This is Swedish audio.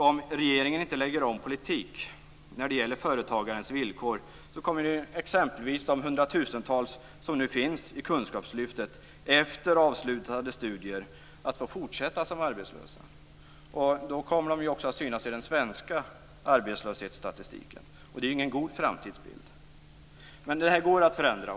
Om regeringen inte lägger om politik när det gäller företagarens villkor kommer exempelvis de hundratusentals som nu finns i kunskapslyftet efter avslutade studier att få fortsätta som arbetslösa. Då kommer de också att synas i den svenska arbetslöshetsstatistiken. Det är ingen god framtidsbild. Men den går att förändra.